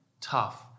tough